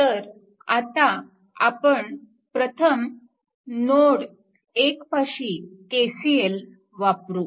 तर आपण प्रथम नोड 1 पाशी KCL वापरू